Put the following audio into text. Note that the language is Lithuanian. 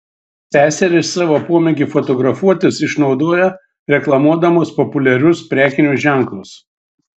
seserys savo pomėgį fotografuotis išnaudoja reklamuodamos populiarius prekinius ženklus